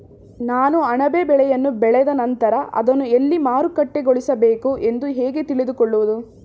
ನಾನು ಅಣಬೆ ಬೆಳೆಯನ್ನು ಬೆಳೆದ ನಂತರ ಅದನ್ನು ಎಲ್ಲಿ ಮಾರುಕಟ್ಟೆಗೊಳಿಸಬೇಕು ಎಂದು ಹೇಗೆ ತಿಳಿದುಕೊಳ್ಳುವುದು?